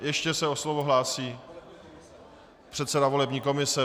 Ještě se o slovo hlásí předseda volební komise.